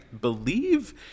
believe